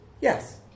yes